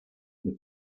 n’est